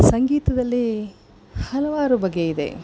ಸಂಗೀತದಲ್ಲಿ ಹಲವಾರು ಬಗೆ ಇದೆ